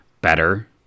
better